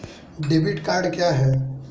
Debit card क्या है?